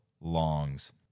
longs